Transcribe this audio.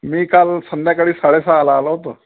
मी काल संध्याकाळी साडेसहाला आलो होतो